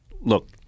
look